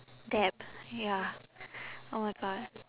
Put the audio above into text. debt ya oh my god